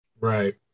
Right